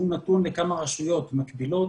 שהוא נתון לכמה רשויות מקבילות,